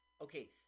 Okay